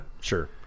Sure